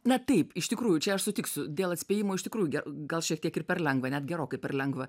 na taip iš tikrųjų čia aš sutiksiu dėl atspėjimo iš tikrųjų gal šiek tiek ir per lengva net gerokai per lengva